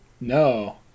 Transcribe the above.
No